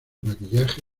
maquillaje